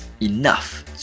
enough